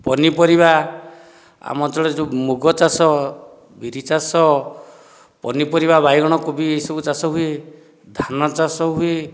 ପନିପରିବା ଆମ ଅଞ୍ଚଳରେ ଯେଉଁ ମୁଗଚାଷ ବିରିଚାଷ ପନିପରିବା ବାଇଗଣ କୋବି ଏହିସବୁ ଚାଷ ଧାନଚାଷ ହୁଏ